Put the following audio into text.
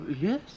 yes